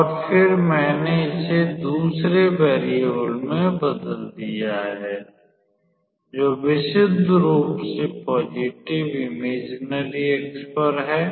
और फिर मैंने इसे दूसरे वेरीएबल में बदल दिया है जो विशुद्ध रूप से धनात्मक इमेजिनरी अक्ष पर है